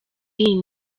iyi